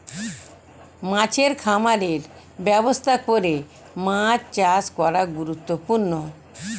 মাছের খামারের ব্যবস্থা করে মাছ চাষ করা গুরুত্বপূর্ণ